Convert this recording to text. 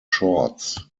shorts